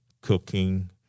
cooking